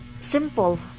simple